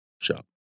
shop